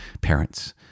parents